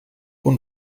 und